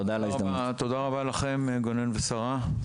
תודה רבה לכם גונן ושרה,